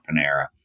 Panera